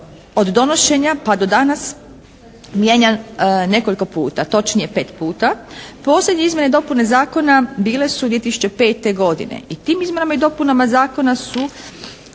od donošenja pa do danas mijenjan nekoliko puta, točnije 5 puta. Posljednje izmjene i dopune zakona bile su 2005. godine. I tim izmjenama i dopunama zakona su